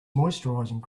moisturising